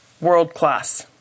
world-class